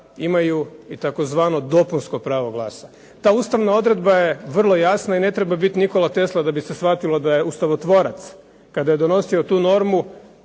imaju tzv. Dopunsko pravo glasa. TA ustavna odredba je potpuno jasna i ne treba biti Nikola Tesla da bi se shvatilo da je ustavotvorac kada je donosio tu normu